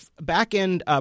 back-end